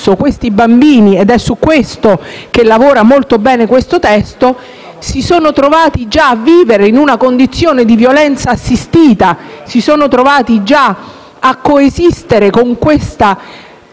questi bambini - ed è su questo che lavora molto bene questo testo - si sono trovati già a vivere in una condizione di violenza assistita, a coesistere con questa